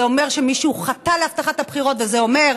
זה אומר שמישהו חטא להבטחת הבחירות, וזה אומר,